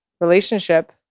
relationship